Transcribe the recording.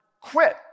quit